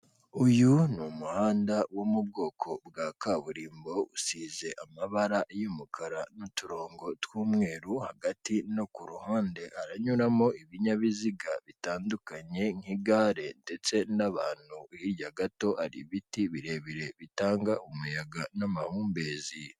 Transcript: Uyu ni umuhanda wo mu bwoko bwa kaburimbo usize amabara y'umukara n'uturongo tw'umweru hagati no ku ruhande aranyuramo ibinyabiziga bitandukanye nk'igare ndetse n'abantu hirya gato ari ibiti birebire bitanga umuyaga n'amahumbezi.